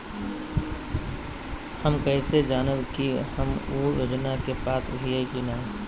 हम कैसे जानब की हम ऊ योजना के पात्र हई की न?